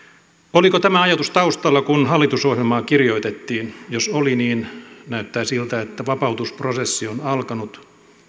oliko tämä ajatus taustalla kun hallitusohjelmaa kirjoitettiin jos oli niin näyttää siltä että vapautusprosessi on alkanut